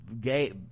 gay